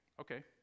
Okay